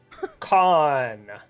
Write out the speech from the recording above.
Con